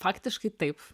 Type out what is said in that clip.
faktiškai taip